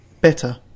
better